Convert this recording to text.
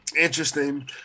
interesting